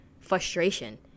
frustration